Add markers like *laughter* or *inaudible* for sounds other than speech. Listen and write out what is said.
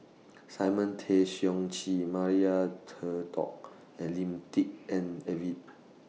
Simon Tay Seong Chee Maria *unintelligible* and Lim Tik En *unintelligible*